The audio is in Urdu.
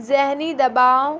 ذہنی دباؤ